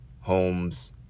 homes